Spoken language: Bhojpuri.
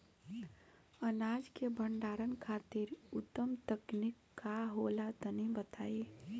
अनाज के भंडारण खातिर उत्तम तकनीक का होला तनी बताई?